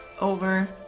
over